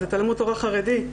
זה תלמוד תורה חרדי.